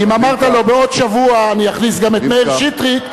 אם אמרת לו: בעוד שבוע אני אכניס גם את מאיר שטרית,